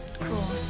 Cool